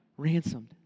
ransomed